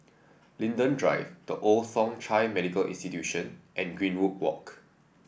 Linden Drive The Old Thong Chai Medical Institution and Greenwood Walk